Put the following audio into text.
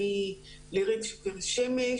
אני לירית שיפר-שמש,